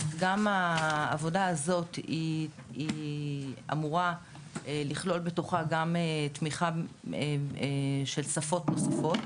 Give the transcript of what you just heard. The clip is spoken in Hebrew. גם העבודה הזאת היא אמורה לכלול בתוכה גם תמיכה של שפות נוספות.